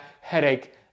headache